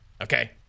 Okay